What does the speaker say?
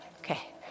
okay